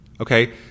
okay